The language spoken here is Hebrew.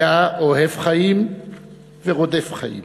היה אוהב חיים ורודף חיים.